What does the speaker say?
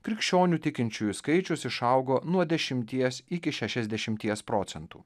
krikščionių tikinčiųjų skaičius išaugo nuo dešimties iki šešiasdešimties procentų